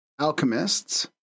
alchemists